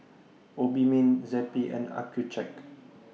Obimin Zappy and Accucheck